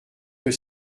que